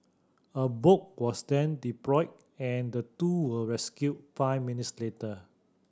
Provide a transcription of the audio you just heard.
a boat was then deployed and the two were rescued five minutes later